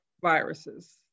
viruses